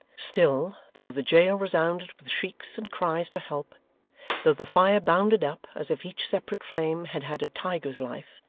still, though the jail resounded with shrieks and cries for help though the fire bounded up as if each separate flame had had a tiger's life,